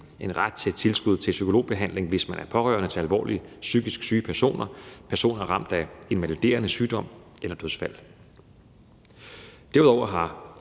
en ret til tilskud til psykologbehandling, hvis man er pårørende til alvorligt psykisk syge personer eller personer ramt af invaliderende sygdom, eller ved dødsfald. Derudover har